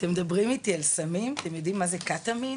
כמו שידידי דיבר קודם,